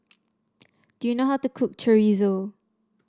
do you know how to cook Chorizo